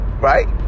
right